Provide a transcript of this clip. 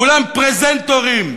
כולם פרזנטורים,